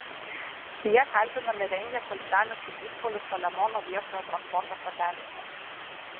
jie kaltinami rengę chuliganiškus išpuolius palemono viešojo transporto stotelėse